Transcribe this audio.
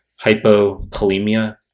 hypokalemia